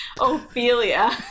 Ophelia